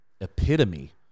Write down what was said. epitome